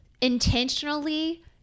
intentionally